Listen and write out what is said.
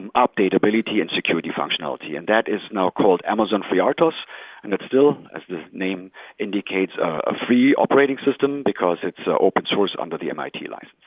and ah updatability and security functionality, and that is now called amazon freertos and it's still, as this name indicates, a free operating system, because it's ah open source under the mit like